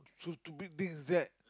so stupid things that